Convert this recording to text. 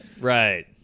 Right